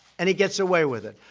and he gets away with it.